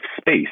space